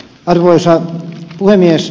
arvoisa puhemies